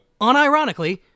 Unironically